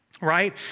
right